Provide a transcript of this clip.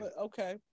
Okay